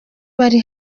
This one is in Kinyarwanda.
bari